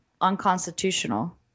unconstitutional